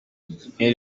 nke